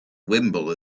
wimble